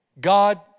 God